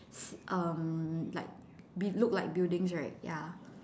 s~ um like b~ look like buildings right ya